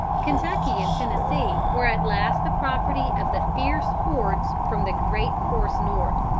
kentucky and tennessee were at last the property of the fierce hordes from the great coarse north.